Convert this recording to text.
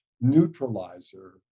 neutralizer